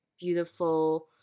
beautiful